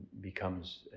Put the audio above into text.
becomes